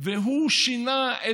והוא שינה.